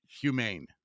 Humane